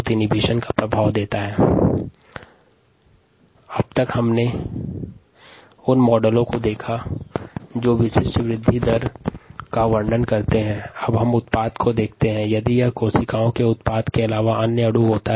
μmSKsS KPKPP उपरोक्त model वृद्धि और विशिष्ट वृद्धि दर का वर्णन करते हैं जैसा कि स्लाइड समय 2657 में प्रदर्शित है